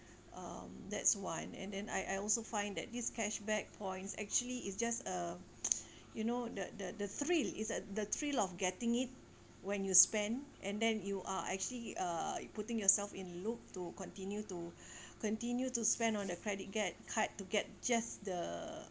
um that's one and then I I also find that this cashback points actually it's just uh you know the the the thrill is uh the thrill of getting it when you spend and then you are actually uh putting yourself in loop to continue to continue to spend on the credit get card to get just the